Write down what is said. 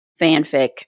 fanfic